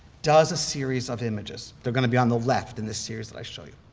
does a series of images. they're going to be on the left in this series that i show you.